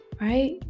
right